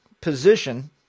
position